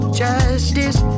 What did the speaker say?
justice